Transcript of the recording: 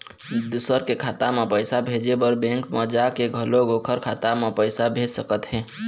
दूसर के खाता म पइसा भेजे बर बेंक म जाके घलोक ओखर खाता म पइसा भेज सकत हे